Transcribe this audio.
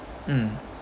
mm